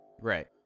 Right